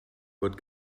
fod